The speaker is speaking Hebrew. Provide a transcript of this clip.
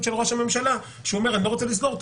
של ראש הממשלה שהוא אומר: אני לא רוצה לסגור את